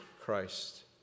Christ